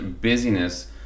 busyness